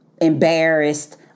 embarrassed